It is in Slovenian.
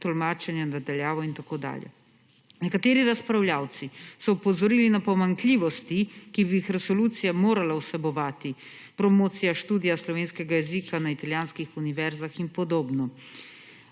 tolmačenje na daljavo in tako dalje. Nekateri razpravljavci so opozorili na pomanjkljivosti, ki bi jih resolucija morala vsebovati. Promocija študija slovenskega jezika na italijanskih univerzah in podobno.